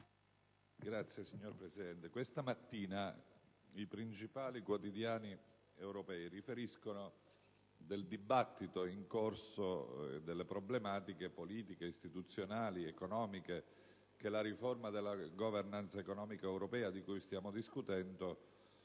*(PD)*. Signor Presidente, questa mattina i principali quotidiani europei riferiscono del dibattito in corso e delle problematiche politiche, istituzionali ed economiche che la riforma della *governance* economica europea, di cui stiamo discutendo,